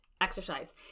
exercise